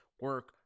Work